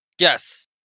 Yes